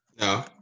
no